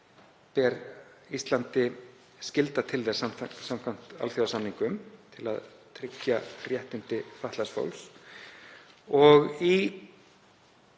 ber Íslandi skylda til þess samkvæmt alþjóðasamningum til að tryggja réttindi fatlaðs fólks.